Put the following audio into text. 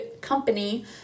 company